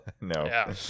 No